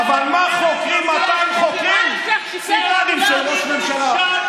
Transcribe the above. ארבע שנים, עד היום, אף אחד לא חוקר את זה.